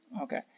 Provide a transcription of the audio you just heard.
Okay